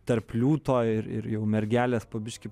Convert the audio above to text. tarp liūto ir ir jau mergelės po biškį